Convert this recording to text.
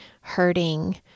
hurting